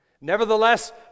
Nevertheless